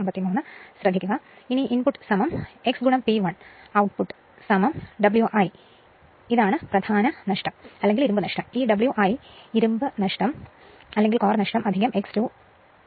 അതിനാൽ ഇൻപുട്ട് എന്ന് പറയുന്നത് x P fl output Wi പ്രധാന നഷ്ടം അല്ലെങ്കിൽ ഇരുമ്പ് നഷ്ടം ഈ Wi അതായത് ഇരുമ്പ് നഷ്ടം അല്ലെങ്കിൽ കോർ നഷ്ടം X2 Wc